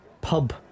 pub